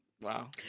Wow